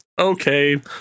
okay